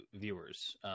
viewers